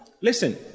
listen